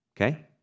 Okay